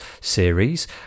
series